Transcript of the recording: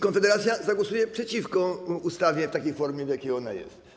Konfederacja zagłosuje przeciwko ustawie w takiej formie, w jakiej ona jest.